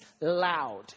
loud